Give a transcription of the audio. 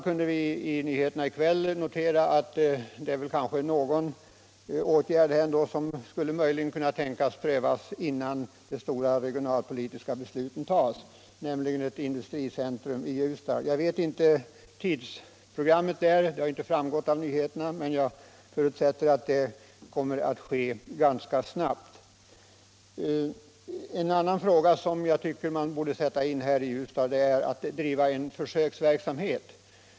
Men i nyheterna i kväll kunde vi höra att det kanske ändå finns en åtgärd som skulle kunna prövas innan de stora regionalpolitiska besluten fattas, nämligen att bygga ett industricentrum i Ljusdal. Jag känner inte till tidsprogrammet där, det framgick inte av nyheterna, men jag förutsätter att man i sådant fall kommer att handla ganska snabbt. En annan åtgärd som jag tycker borde kunna vidtas för Ljusdals del är att bedriva försöksverksamhet.